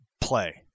play